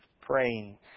praying